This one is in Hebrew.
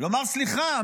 לומר: סליחה,